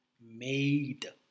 made